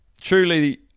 Truly